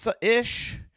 ish